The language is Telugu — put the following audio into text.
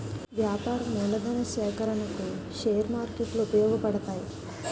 వ్యాపార మూలధన సేకరణకు షేర్ మార్కెట్లు ఉపయోగపడతాయి